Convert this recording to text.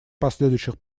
последующих